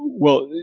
well,